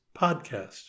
podcast